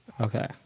Okay